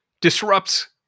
disrupts